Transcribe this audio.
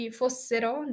fossero